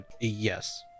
yes